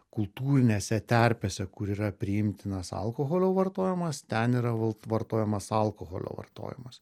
kultūrinėse terpėse kur yra priimtinas alkoholio vartojimas ten yra val vartojamas alkoholio vartojimas